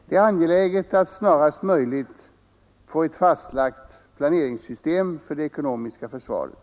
Det är angeläget att snarast möjligt få ett fastlagt planeringssystem för det ekonomiska försvaret.